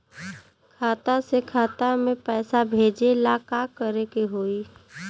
खाता से खाता मे पैसा भेजे ला का करे के होई?